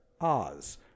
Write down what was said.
Oz